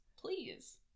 Please